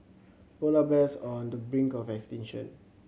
polar bears are on the brink of extinction